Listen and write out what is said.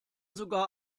sogar